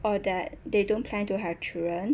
or that they don't plan to have children